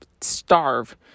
starve